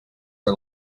are